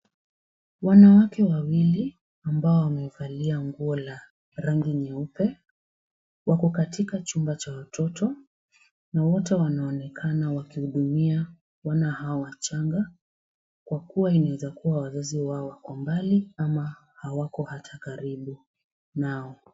Wanawake wawili ambao wamevalia nguo la rangi nyeupe, wako katika chumba cha watoto na wote wanaonekana wakihudumia Wana hawa wachanga, Kwa kuwa inaweza kuwa wazazi wao wako mbali ama hawako hata karibu nao.